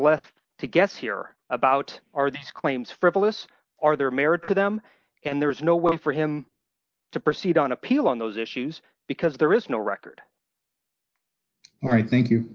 left to guess here about are these claims frivolous are there merit to them and there is no way for him to proceed on appeal on those issues because there is no record i think you